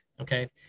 okay